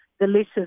delicious